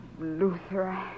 Luther